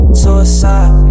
suicide